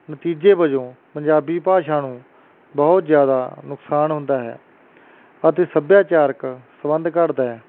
ਨਤੀਜੇ ਵਜੋਂ ਪੰਜਾਬੀ ਭਾਸ਼ਾ ਨੂੰ ਬਹੁਤ ਜ਼ਿਆਦਾ ਨੁਕਸਾਨ ਹੁੰਦਾ ਹੈ ਅਤੇ ਸੱਭਿਆਚਾਰਕ ਸੰਬੰਧ ਘੱਟਦਾ ਹੈ